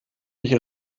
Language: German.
mich